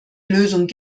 lösung